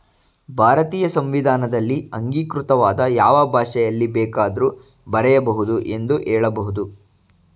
ಭಾರತೀಯ ಸಂವಿಧಾನದಲ್ಲಿ ಅಂಗೀಕೃತವಾದ ಯಾವ ಭಾಷೆಯಲ್ಲಿ ಬೇಕಾದ್ರೂ ಬರೆಯ ಬಹುದು ಎಂದು ಹೇಳಬಹುದು